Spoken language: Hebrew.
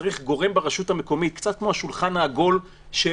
צריך גורם ברשות המקומית קצת כמו השולחן העגול של